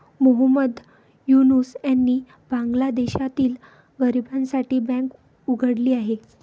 मोहम्मद युनूस यांनी बांगलादेशातील गरिबांसाठी बँक उघडली आहे